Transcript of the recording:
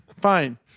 Fine